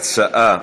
להצעה